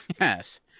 Yes